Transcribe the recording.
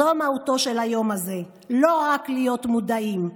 זו מהותו של היום הזה, לא רק להיות מודעים,